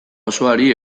osoari